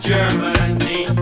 Germany